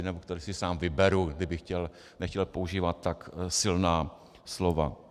Nebo které si sám vyberu kdybych nechtěl používat tak silná slova.